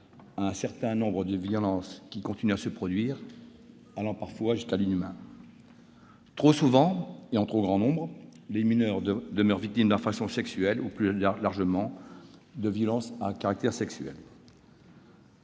à un certain nombre de violences qui continuent à se produire, allant parfois jusqu'à l'inhumain. Trop souvent et en trop grand nombre, les mineurs demeurent victimes d'infractions sexuelles ou, plus largement, de violences à caractère sexuel.